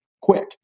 quick